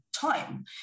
time